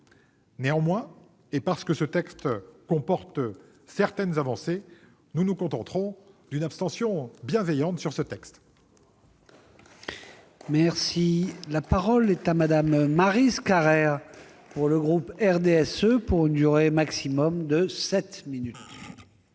Néanmoins, et parce que ce texte comporte certaines avancées, nous nous contenterons d'une abstention bienveillante. La parole